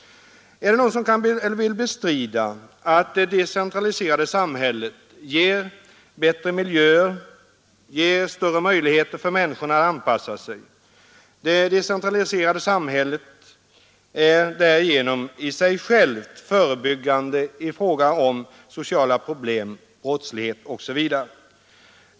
Är det någon som vill bestrida att det decentraliserade samhället ger bättre miljöer, ger större möjligheter för människorna att anpassa sig? Det decentraliserade samhället är därigenom i sig självt förebyggande i fråga om sociala problem, brottslighet osv.